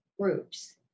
groups